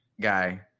guy